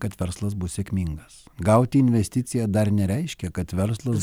kad verslas bus sėkmingas gauti investiciją dar nereiškia kad verslas